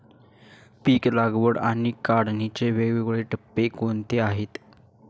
पीक लागवड आणि काढणीचे वेगवेगळे टप्पे कोणते आहेत?